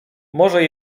może